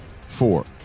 four